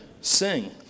sing